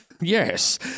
yes